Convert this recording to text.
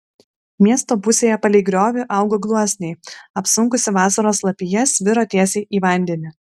miesto pusėje palei griovį augo gluosniai apsunkusi vasaros lapija sviro tiesiai į vandenį